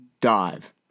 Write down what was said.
Dive